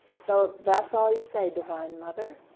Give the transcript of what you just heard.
so that's all you say divine mother,